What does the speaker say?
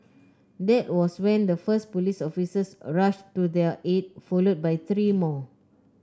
that was when the first police officers rushed to their aid followed by three more